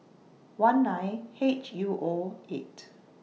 one nine H U O eight